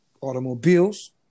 automobiles